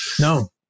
No